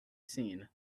seen